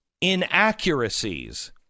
inaccuracies